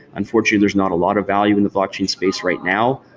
and fortunately there's not a lot of value in the blockchain space right now.